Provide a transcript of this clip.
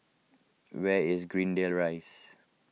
where is Greendale Rise